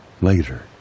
later